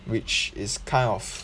which is kind of